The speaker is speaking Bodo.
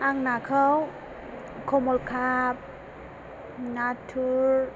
आं नाखौ खमलखात नाथुर